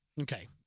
Okay